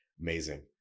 Amazing